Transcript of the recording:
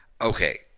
okay